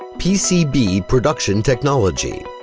pcb production technology.